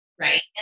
right